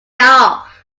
off